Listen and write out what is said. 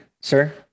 sir